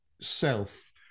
self